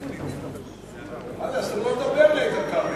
מה זה, אסור לו לדבר, לאיתן כבל.